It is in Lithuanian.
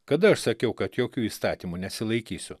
kada aš sakiau kad jokių įstatymų nesilaikysiu